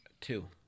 Two